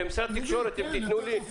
כמשרד התקשורת אתם תיתנו לי?